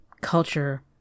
culture